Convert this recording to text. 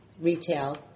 retail